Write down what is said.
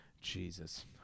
Jesus